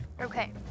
Okay